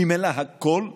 ממילא הכול לפניהם,